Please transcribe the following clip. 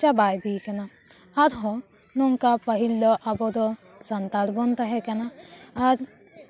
ᱪᱟᱵᱟ ᱤᱫᱤᱭ ᱠᱟᱱᱟ ᱟᱨ ᱦᱚᱸ ᱱᱚᱝᱠᱟ ᱯᱟᱹᱦᱤᱞ ᱫᱚ ᱟᱵᱚ ᱫᱚ ᱥᱟᱱᱛᱟᱲ ᱵᱚᱱ ᱛᱟᱦᱮᱸ ᱠᱟᱱᱟ ᱟᱨ